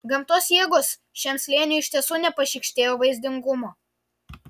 gamtos jėgos šiam slėniui iš tiesų nepašykštėjo vaizdingumo